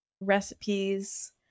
recipes